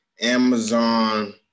Amazon